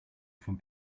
from